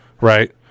right